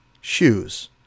Shoes